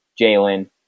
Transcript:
Jalen